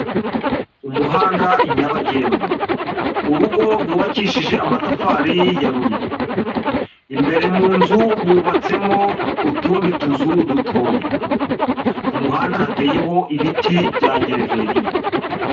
Umuhanda nyabagendwa, urugo rwubakishije amatafari ya ruriba, imbere mu nzu hubatsemo utundi tuzu dutoya, ku muhanda hateyeho ibiti bya jyereveriya.